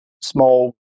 small